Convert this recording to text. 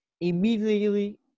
immediately